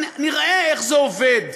אבל נראה איך זה עובד.